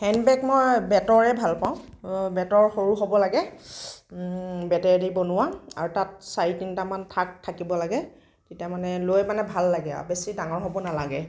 handbag মই বেতৰে ভাল পাওঁ বেতৰ সৰু হ'ব লাগে বেতেৰেদি বনোৱা আৰু তাত চাৰি তিনিটামান ঠাক থাকিব লাগে তেতিয়া লৈ মানে ভাল লাগে আৰু বেছি ডাঙৰ হ'ব নালাগে